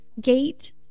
gate